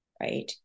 Right